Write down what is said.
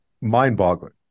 mind-boggling